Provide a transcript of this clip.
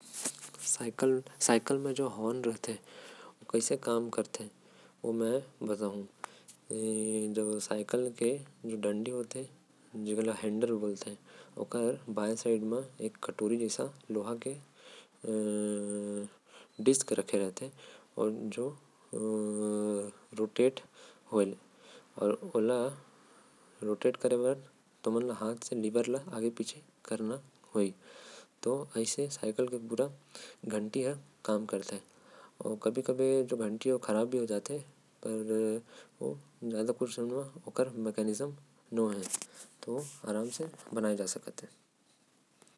साईकिल के जो घंटी रहते ओ ह कईसे काम करते। की सबसे पहले जो साईकिल के डंडी रहते जेला हैंडल भी कहते। ओकर बाएं तरफ कटोरी जैसन लोहा के डिस्क रखे रहते जो रोटेट होएल। ओला रोटेट करे बार तोमन ला लिवर का आगे पीछे करे ला पड़ते। त ऐसने घंटी ह काम करते।